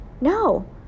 No